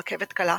רכבת קלה,